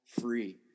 free